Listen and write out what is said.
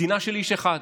מדינה של איש אחד.